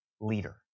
leader